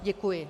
Děkuji.